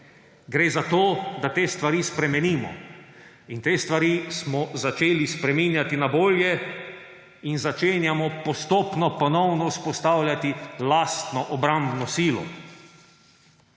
Gre za to, da te stvari spremenimo. In te stvari smo začeli spreminjati na bolje in začenjamo postopno ponovno vzpostavljati lastno obrambno silo.